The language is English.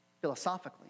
philosophically